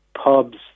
pubs